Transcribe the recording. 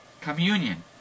Communion